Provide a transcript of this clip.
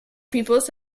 peoples